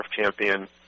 champion